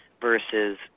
versus